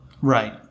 Right